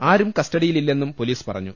ആരും കസ്റ്റഡിയിലില്ലെന്നും പൊലീസ് പറഞ്ഞു